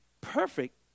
perfect